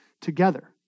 together